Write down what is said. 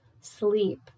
sleep